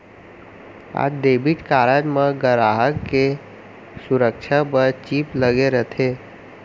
आज debit card म गराहक के सुरक्छा बर चिप लगे रथे